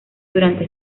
durante